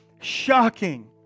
shocking